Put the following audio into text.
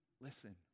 listen